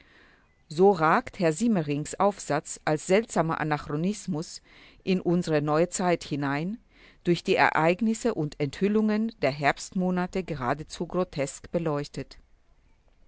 so ragt herrn siemerings aufsatz als seltsamer anachronismus in unsere neue zeit hinein durch die ereignisse und enthüllungen der herbstmonate geradezu grotesk beleuchtet